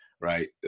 right